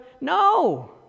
no